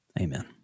Amen